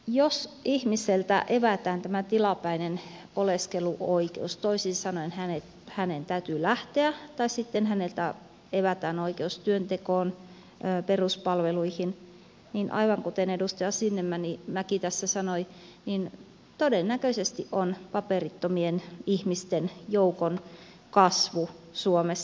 jos ihmiseltä evätään tämä tilapäinen oleskeluoikeus toisin sanoen hänen täytyy lähteä tai sitten häneltä evätään oikeus työntekoon peruspalveluihin niin aivan kuten edustaja sinnemäki tässä sanoi todennäköisesti edessä on paperittomien ihmisten joukon kasvu suomessa